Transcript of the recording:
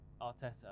Arteta